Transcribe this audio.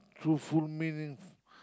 truthful meaningful